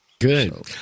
good